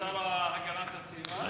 השר להגנת הסביבה.